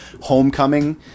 homecoming